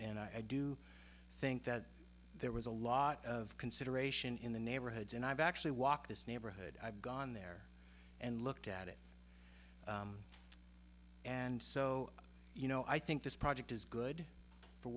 and i do think that there was a lot of consideration in the neighborhoods and i've actually walked this neighborhood i've gone there and looked at it and so you know i think this project is good for